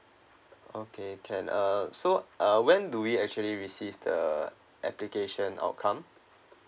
okay can uh so uh when do we actually receive the application outcome